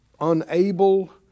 unable